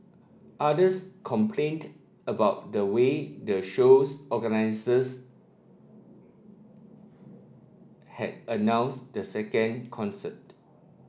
others complained about the way their show's organisers had announced the second concert